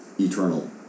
eternal